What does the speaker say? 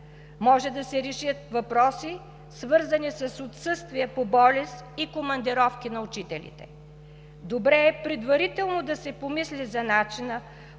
Може да се решат въпроси, свързани с отсъствие по болест и командировки на учителите. Добре е предварително да се помисли за начина,